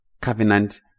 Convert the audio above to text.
covenant